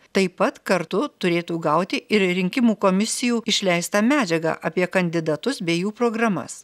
taip pat kartu turėtų gauti ir rinkimų komisijų išleistą medžiagą apie kandidatus bei jų programas